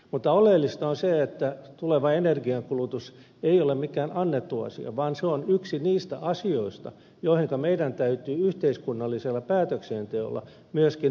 mutta oleellista on se että tuleva energiankulutus ei ole mikään annettu asia vaan se on yksi niistä asioista joihinka meidän täytyy yhteiskunnallisella päätöksenteolla myöskin vaikuttaa